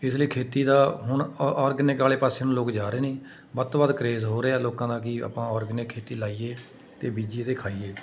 ਇਸ ਲਈ ਖੇਤੀ ਦਾ ਹੁਣ ਔ ਔਰਗਨਿਕ ਵਾਲੇ ਪਾਸੇ ਨੂੰ ਲੋਕ ਜਾ ਰਹੇ ਨੇ ਵੱਧ ਤੋਂ ਵੱਧ ਕ੍ਰੇਜ਼ ਹੋ ਰਹੇ ਆ ਲੋਕਾਂ ਦਾ ਕਿ ਆਪਾਂ ਔਰਗਨਿਕ ਖੇਤੀ ਲਾਈਏ ਅਤੇ ਬੀਜੀਏ ਅਤੇ ਖਾਈਏ